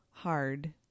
hard